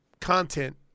content